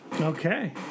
Okay